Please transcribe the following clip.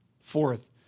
fourth